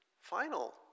final